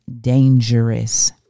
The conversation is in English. dangerous